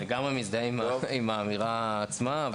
אני לגמרי מזדהה עם האמירה עצמה.